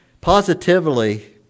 Positively